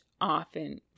often